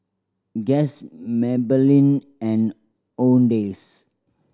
Guess Maybelline and Owndays